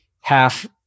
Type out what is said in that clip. half